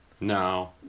no